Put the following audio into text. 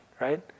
right